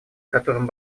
которыми